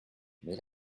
mais